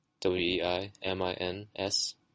W-E-I-M-I-N-S